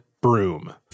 broom